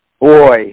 Boy